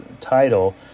title